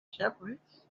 shepherds